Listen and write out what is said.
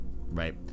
right